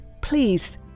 Please